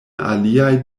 aliaj